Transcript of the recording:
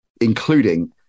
including